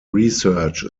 research